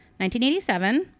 1987